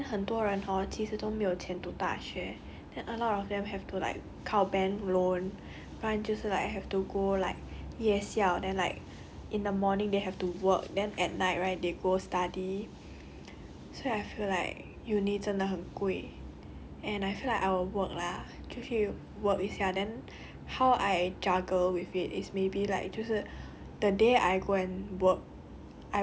ya and I like after I know a lot of people right then 很多人 hor 其实都没有钱读大学 then a lot of them have to like 靠 bank loan 不然就是 like have to go like 夜校 then like in the morning they have to work then at night right then they go study so I feel like uni 真的很贵 and I feel like I will work lah 出去 work 一下 that's how I juggle with it